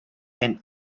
and